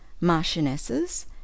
marchionesses